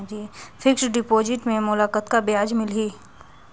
Fixed deposit मे मोला कतका ब्याज मिलही?